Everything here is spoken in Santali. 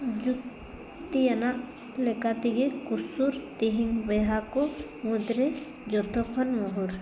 ᱡᱩᱠᱛᱤᱭᱟᱱᱟᱜ ᱞᱮᱠᱟ ᱛᱮᱜᱮ ᱠᱤᱥᱩᱨ ᱛᱮᱦᱮᱧ ᱵᱚᱭᱦᱟ ᱠᱚ ᱢᱩᱫᱽ ᱨᱮ ᱡᱚᱛᱚ ᱠᱷᱚᱱ ᱢᱚᱦᱩᱨ